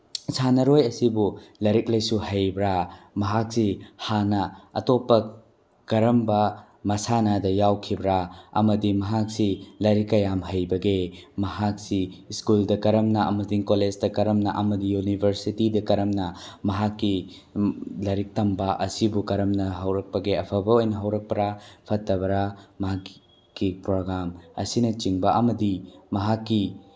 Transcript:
ꯁꯥꯟꯅꯔꯣꯏ ꯑꯁꯤꯕꯨ ꯂꯥꯏꯔꯤꯛ ꯂꯥꯏꯁꯨ ꯍꯩꯕ꯭ꯔꯥ ꯃꯍꯥꯛꯁꯤ ꯍꯥꯟꯅ ꯑꯇꯣꯞꯄ ꯀꯔꯝꯕ ꯃꯁꯥꯟꯅꯗ ꯌꯥꯎꯈꯤꯕ꯭ꯔꯥ ꯑꯃꯗꯤ ꯃꯍꯥꯛꯁꯤ ꯂꯥꯏꯔꯤꯛ ꯀꯌꯥꯝ ꯍꯩꯕꯒꯦ ꯃꯍꯥꯛꯁꯤ ꯁ꯭ꯀꯨꯜꯗ ꯀꯔꯝꯅ ꯑꯃꯗꯤ ꯀꯣꯂꯦꯖꯇ ꯀꯔꯝꯅ ꯑꯃꯗꯤ ꯌꯨꯅꯤꯚꯔꯁꯤꯇꯤꯗ ꯀꯔꯝꯅ ꯃꯍꯥꯛꯀꯤ ꯂꯥꯏꯔꯤꯛ ꯇꯝꯕ ꯑꯁꯤꯕꯨ ꯀꯔꯝꯅ ꯍꯧꯔꯛꯄꯒꯦ ꯑꯐꯕ ꯑꯣꯏꯅ ꯍꯧꯔꯛꯄ꯭ꯔꯥ ꯐꯠꯇꯕꯔꯥ ꯃꯍꯥꯛꯀꯤ ꯄ꯭ꯔꯣꯒꯥꯝ ꯑꯁꯤꯅꯆꯤꯡꯕ ꯑꯃꯗꯤ ꯃꯍꯥꯛꯀꯤ